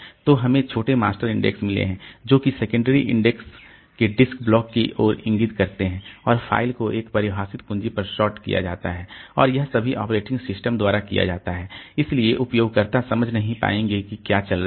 तो हमें छोटे मास्टर इंडेक्स मिले हैं जो कि सेकेंडरी इंडेक्स के डिस्क ब्लॉक की ओर इंगित करते हैं और फाइल को एक परिभाषित कुंजी पर सॉर्ट किया जाता है और यह सभी ऑपरेटिंग सिस्टम द्वारा किया जाता है इसलिए उपयोगकर्ता समझ नहीं पाएंगे कि क्या चल रहा है